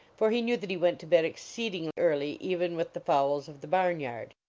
for he knew that he went to bed exceeding early, even with the fowls of the barn-yard.